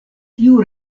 tiu